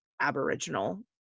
Aboriginal